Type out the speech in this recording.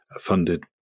funded